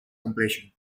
completion